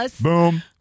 Boom